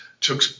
took